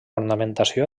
ornamentació